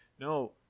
No